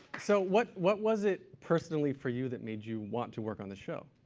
so what what was it personally for you that made you want to work on this show?